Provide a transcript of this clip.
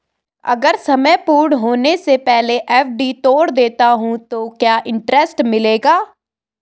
अगर समय पूर्ण होने से पहले एफ.डी तोड़ देता हूँ तो क्या इंट्रेस्ट मिलेगा?